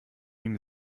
ihm